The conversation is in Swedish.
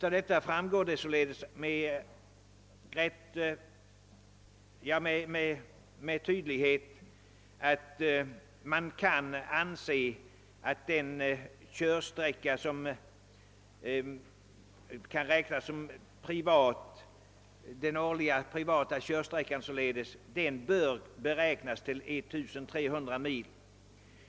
Av detta framgår således tydligt att man kan anse att den årliga privata körsträckan bör beräknas till 1 300 mil.